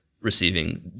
receiving